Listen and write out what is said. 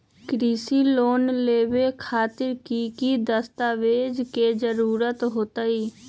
कृषि लोन लेबे खातिर की की दस्तावेज के जरूरत होतई?